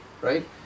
Right